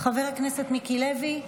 חבר הכנסת מיקי לוי,